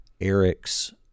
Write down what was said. Eric's